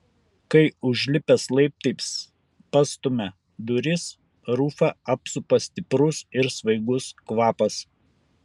kai užlipęs laiptais pastumia duris rufą apsupa stiprus ir svaigus kvapas